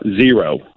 zero